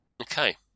Okay